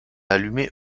allumé